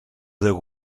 the